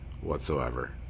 whatsoever